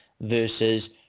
versus